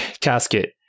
Casket